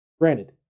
Granted